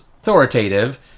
authoritative